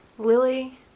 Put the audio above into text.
Lily